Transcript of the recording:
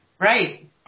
Right